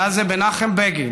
מנחם בגין